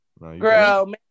Girl